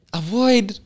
avoid